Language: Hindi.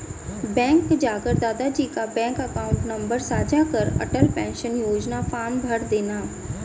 बैंक जाकर दादा जी का बैंक अकाउंट नंबर साझा कर अटल पेंशन योजना फॉर्म भरदेना